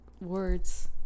words